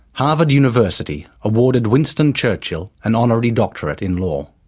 harvard university awarded winston churchill an honorary doctorate in law.